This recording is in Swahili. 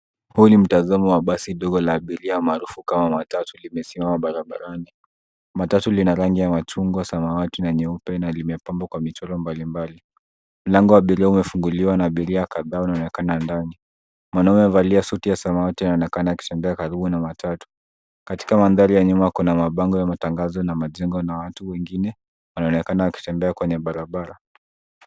Huu ni mtazamo wa basi dogo la abiria maharufu kama Matatu limesimama barabarani. Matatu lina rangi ya machungwa, samawati na nyeupe na limepambwa kwa michoro mbalimbali. Mlango wa abiria umefunguliwa na abiria kadhaa wanaonekana ndani. Mwanaume amevalia suti ya samawati, anaonekana akitembea karibu na matatu. Katika mandhari ya nyuma, kuna mabango ya matangazo, na majengo, na watu wengine wanaonekana wakitembea kwenye barabara.